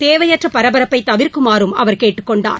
தேவையற்ற பரபரப்பை தவிர்க்குமாறும் அவர் கேட்டுக் கொண்டார்